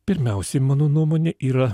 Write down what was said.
pirmiausiai mano nuomone yra